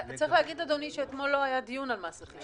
צריך להגיד שאתמול לא היה דיון על מס רכישה.